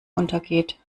untergeht